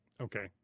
Okay